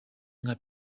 nka